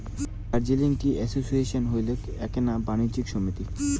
Darjeeling tea association হইল এ্যাকনা বাণিজ্য সমিতি